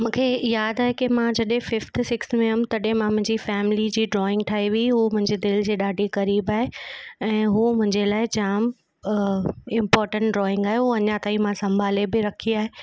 मूंखे यादि आहे कि मां जॾहिं फिफ्थ सिकस्थ में हुअमि तॾहिं मां मुंहिंजी फैमिली जी ड्रॉइंग ठही हुई उहो मुंहिंजे दिलि जे ॾाढी क़रीबु आहे ऐं उहो मुंहिंजे लाइ जाम इंपॉर्टेंट ड्रॉइंग आहे उहो अञा ताईं मां संभाले बि रखी आहे